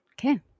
Okay